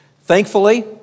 Thankfully